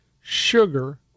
sugar